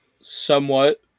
somewhat